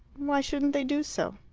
why shouldn't they do so?